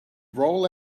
roll